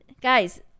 Guys